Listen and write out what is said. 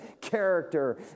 character